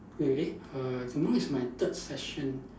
really err tomorrow is my third session